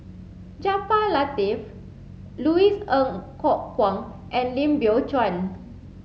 Jaafar Latiff Louis Ng Kok Kwang and Lim Biow Chuan